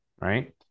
right